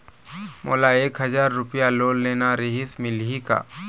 मोला एक हजार रुपया लोन लेना रीहिस, मिलही का?